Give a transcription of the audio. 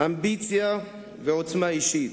אמביציה ועוצמה אישית.